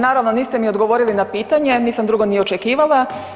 Naravno, niste mi odgovorili na pitanje, nisam drugo ni očekivala.